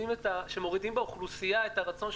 כשמורידים באוכלוסייה את הרצון,